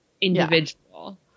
individual